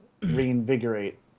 reinvigorate